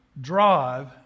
drive